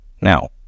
Now